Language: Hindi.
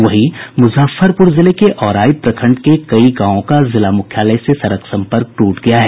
वहीं मुजफ्फरपुर जिले के औराई प्रखंड के कई गांवों का जिला मुख्यालय से सड़क सम्पर्क टूट गया है